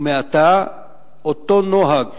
ומעתה, אותו נוהג